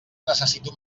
necessito